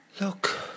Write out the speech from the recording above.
look